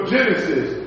Genesis